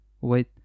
Wait